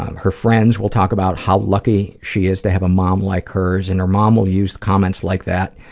um her friends will talk about how lucky she is to have a mom like hers, and her mom will use comments like that.